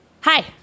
Hi